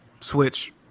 Switch